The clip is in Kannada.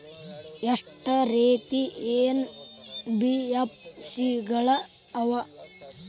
ಎಷ್ಟ ರೇತಿ ಎನ್.ಬಿ.ಎಫ್.ಸಿ ಗಳ ಅವ?